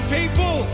people